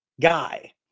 guy